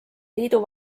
liidu